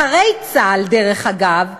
אחרי צה"ל, דרך אגב,